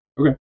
Okay